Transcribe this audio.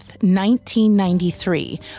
1993